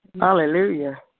Hallelujah